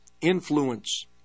influence